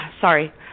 sorry